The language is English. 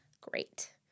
great